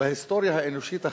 בהיסטוריה האנושית החדשה.